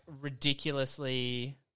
ridiculously